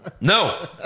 No